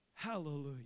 Hallelujah